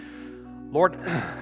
lord